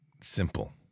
simple